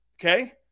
okay